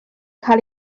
cael